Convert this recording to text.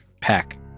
Pack